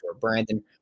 Brandon